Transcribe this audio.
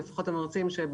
לפחות אלה שבפריפריה,